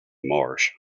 marsh